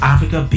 Africa